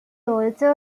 also